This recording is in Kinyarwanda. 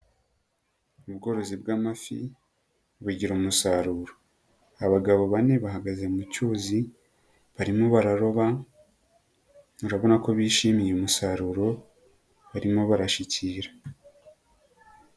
Ubworozi bw'amafi, bugira umusaruro, abagabo bane bahagaze mu cyuzi, barimo bararoba, urabona ko bishimiye umusaruro, barimo barashyikira.